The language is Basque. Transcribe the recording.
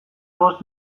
bost